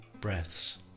breaths